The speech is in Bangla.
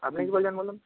আপনি কী বলছেন বলুন